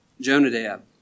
Jonadab